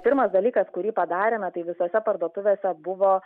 pirmas dalykas kurį padarėme tai visose parduotuvėse buvo